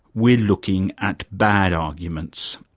we're looking at bad arguments,